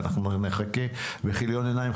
ואנחנו נחכה בכיליון עיניים.